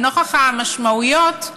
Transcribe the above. נוכח המשמעויות,